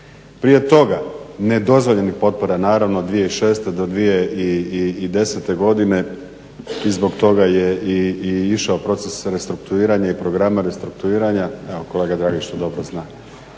Prije toga nedozvoljenih potpora naravno 2006. do 2010. godine i zbog toga je i išao proces restrukturiranja i programa restrukturiranja, evo kolega … to dobro zna.